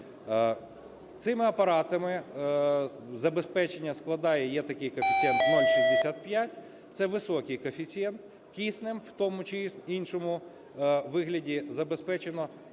Цими апаратами забезпечення складає, є такий коефіцієнт 0,65, це високий коефіцієнт, киснем в тому чи іншому вигляді забезпечено